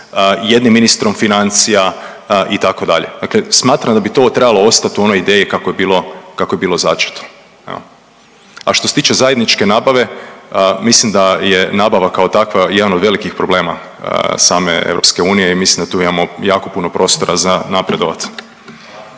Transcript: jednim ministrom financija itd. Dakle, smatram da bi to trebalo ostati u onoj ideji kako je bilo, kako je bilo začeto jel. A što se tiče zajedničke nabave, mislim da je nabava kao takva jedan od velikih problema same EU i mislim da tu imamo jako puno prostora za napredovat.